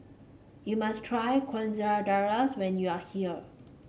you must try Quesadillas when you are here